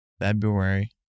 February